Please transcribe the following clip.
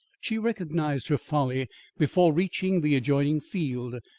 she recognised her folly before reaching the adjoining field.